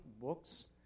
books